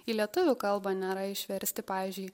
į lietuvių kalbą nėra išversti pavyzdžiui